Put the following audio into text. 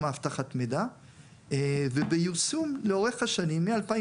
אבטחת מידע וביישום לאורך השנים מ-2018